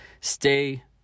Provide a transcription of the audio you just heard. stay